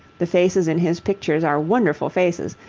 the faces in his pictures are wonderful faces,